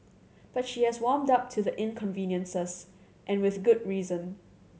but she has warmed up to the inconveniences and with good reason